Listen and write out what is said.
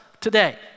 today